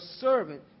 servant